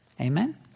Amen